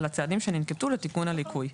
על הצעדים שננקטו לתיקון הליקוי,